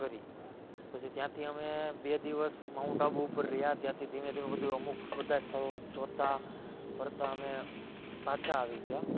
કરી પછી ત્યાંથી અમે બે દિવસ માઉન્ટ આબુ ઉપર રહ્યા ત્યાંથી ધીમે ધીમે બધું અમુક બધા સ્થળો જોતાં ફરતાં અમે પાછા આવી ગયા